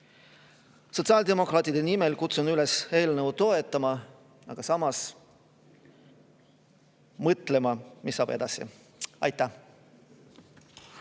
Sotsiaaldemokraatide nimel kutsun üles eelnõu toetama, aga samas mõtlema, mis saab edasi. Aitäh!